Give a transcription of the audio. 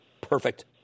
Perfect